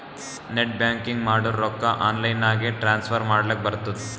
net banking ಮಾಡುರ್ ರೊಕ್ಕಾ online ನಾಗೆ ಟ್ರಾನ್ಸ್ಫರ್ ಮಾಡ್ಲಕ್ ಬರ್ತುದ್